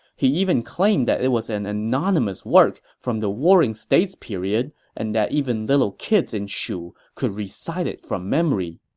he even claimed that it was an anonymous work from the warring states period and that even little kids in shu could recite it from memory.